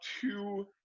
two